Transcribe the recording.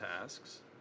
tasks